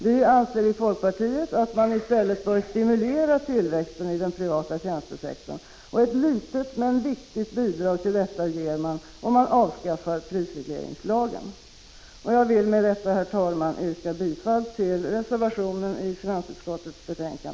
Vi i folkpartiet anser att man i stället bör stimulera tillväxten i den privata tjänstesektorn. Ett litet men viktigt bidrag till detta ges om man avskaffar prisregleringslagen. Jag vill med detta, herr talman, yrka bifall till reservationen.